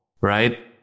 right